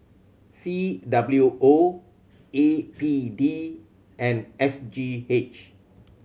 C W O A P D and S G H